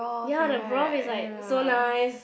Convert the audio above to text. ya the broth is like so nice